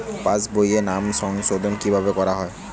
পাশ বইয়ে নাম সংশোধন কিভাবে করা হয়?